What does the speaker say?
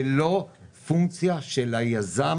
זה לא פונקציה של היזם